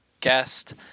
guest